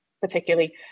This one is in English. particularly